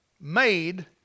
Made